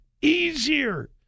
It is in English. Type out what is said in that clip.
easier